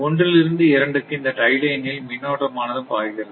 ஒன்றிலிருந்து இரண்டுக்கு இந்த டை லைனில் மின்னோட்டம் ஆனது பாய்கிறது